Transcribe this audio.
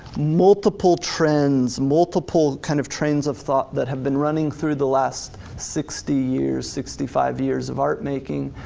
multiple trends, multiple kind of trains of thought that have been running through the last sixty years, sixty five years of art-making,